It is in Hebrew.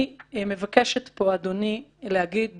אני מבקשת פה, אדוני, להגיד